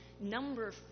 number